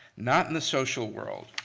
not in the social world.